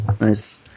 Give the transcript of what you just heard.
Nice